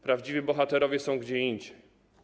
Prawdziwi bohaterowie są gdzie indziej.